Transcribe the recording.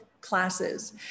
classes